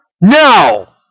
No